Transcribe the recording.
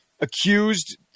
accused